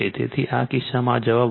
તેથી આ કિસ્સામાં આ જવાબ 12